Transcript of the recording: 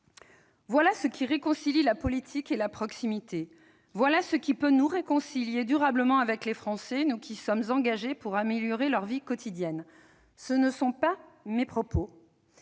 Voilà ce qui réconcilie la politique et la proximité. Voilà ce qui peut nous réconcilier durablement avec les Français, nous qui nous sommes engagés pour améliorer leur vie quotidienne ». Ce ne sont pas là mes propos,